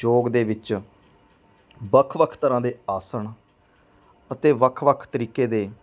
ਯੋਗ ਦੇ ਵਿੱਚ ਵੱਖ ਵੱਖ ਤਰ੍ਹਾਂ ਦੇ ਆਸਣ ਅਤੇ ਵੱਖ ਵੱਖ ਤਰੀਕੇ ਦੇ